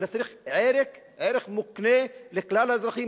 אלא ערך מוקנה לכלל האזרחים,